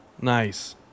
Nice